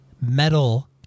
metal